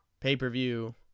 Pay-per-view